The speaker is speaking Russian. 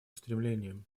устремлениям